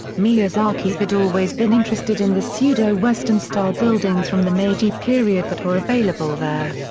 miyazaki had always been interested in the pseudo-western style buildings from the meiji period that were available there.